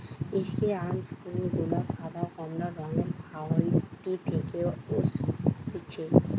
স্কেয়ান ফুল গুলা সাদা, কমলা রঙের হাইতি থেকে অসতিছে